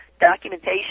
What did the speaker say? documentation